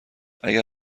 اگر